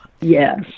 Yes